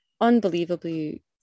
unbelievably